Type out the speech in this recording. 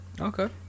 Okay